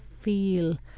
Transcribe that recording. feel